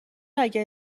اگه